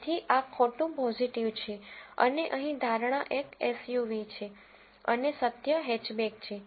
તેથી આ ખોટું પોઝીટિવ છે અને અહીં ધારણા એક એસયુવી છે અને સત્ય હેચબેક છે